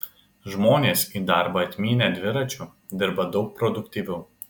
žmonės į darbą atmynę dviračiu dirba daug produktyviau